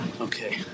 okay